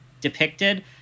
depicted